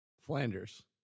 Flanders